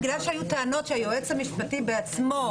בגלל שהיו טענות שהיועץ המשפטי בעצמו